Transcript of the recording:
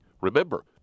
Remember